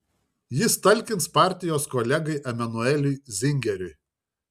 jis talkins partijos kolegai emanueliui zingeriui